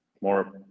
more